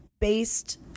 based